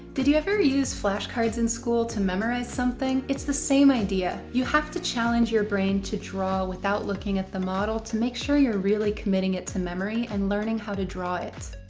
did you ever use flashcards in school to memorize something? it's the same idea. you have to challenge your brain to draw without looking at the model to make sure you're really committing it to memory and learning how to draw it.